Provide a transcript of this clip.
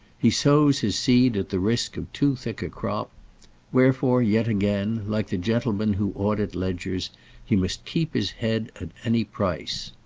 he sows his seed at the risk of too thick a crop wherefore yet again, like the gentlemen who audit ledgers, he must keep his head at any price.